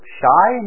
shy